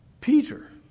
Peter